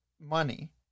money